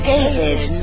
David